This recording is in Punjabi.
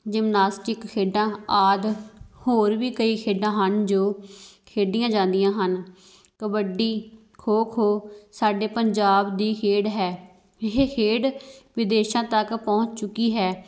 ਜਿਮਨਾਸਟਿਕ ਖੇਡਾਂ ਆਦਿ ਹੋਰ ਵੀ ਕਈ ਖੇਡਾਂ ਹਨ ਜੋ ਖੇਡੀਆਂ ਜਾਂਦੀਆਂ ਹਨ ਕਬੱਡੀ ਖੋ ਖੋ ਸਾਡੇ ਪੰਜਾਬ ਦੀ ਖੇਡ ਹੈ ਇਹ ਖੇਡ ਵਿਦੇਸ਼ਾਂ ਤੱਕ ਪਹੁੰਚ ਚੁੱਕੀ ਹੈ